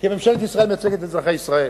כי ממשלת ישראל מייצגת את אזרחי ישראל.